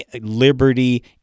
Liberty